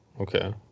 Okay